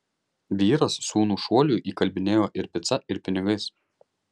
vyras sūnų šuoliui įkalbinėjo ir pica ir pinigais